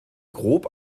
grob